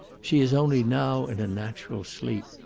she is only now in a natural sleep.